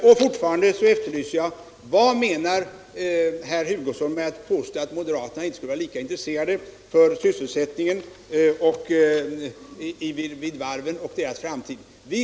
Och fortfarande efterlyser jag ett svar på frågan: Vad menar herr Hugosson med att påstå att moderaterna inte skulle vara lika intresserade för sysselsättningen vid varven och för deras framtid som regeringspartiet?